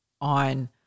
on